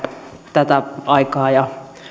tätä aikaa ja